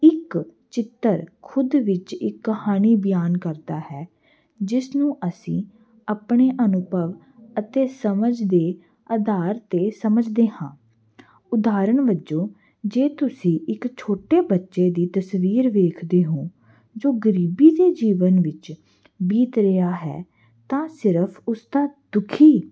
ਇੱਕ ਚਿੱਤਰ ਖੁਦ ਵਿੱਚ ਇੱਕ ਕਹਾਣੀ ਬਿਆਨ ਕਰਦਾ ਹੈ ਜਿਸ ਨੂੰ ਅਸੀਂ ਆਪਣੇ ਅਨੁਭਵ ਅਤੇ ਸਮਝ ਦੇ ਆਧਾਰ 'ਤੇ ਸਮਝਦੇ ਹਾਂ ਉਦਾਹਰਣ ਵਜੋਂ ਜੇ ਤੁਸੀਂ ਇੱਕ ਛੋਟੇ ਬੱਚੇ ਦੀ ਤਸਵੀਰ ਵੇਖਦੇ ਹੋ ਜੋ ਗਰੀਬੀ ਦੇ ਜੀਵਨ ਵਿੱਚ ਬੀਤ ਰਿਹਾ ਹੈ ਤਾਂ ਸਿਰਫ ਉਸਦਾ ਦੁਖੀ